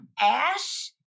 Ash